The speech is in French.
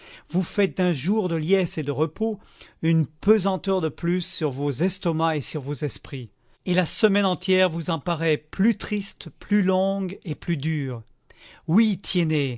vous faites d'un jour de liesse et de repos une pesanteur de plus sur vos estomacs et sur vos esprits et la semaine entière vous en paraît plus triste plus longue et plus dure oui tiennet